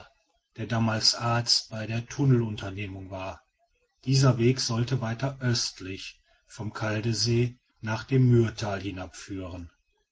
der damals arzt bei der tunnelunternehmung war dieser weg sollte weiter östlich vom kaldesee nach dem myrtal